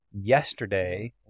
yesterday